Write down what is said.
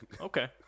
Okay